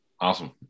awesome